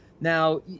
Now